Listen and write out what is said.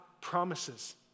promises